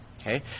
okay